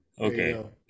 okay